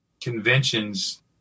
conventions